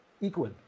equal